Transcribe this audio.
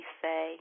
say